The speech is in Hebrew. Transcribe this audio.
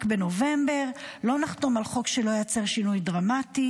רק בנובמבר: "לא נחתום על חוק שלא ייצר שינוי דרמטי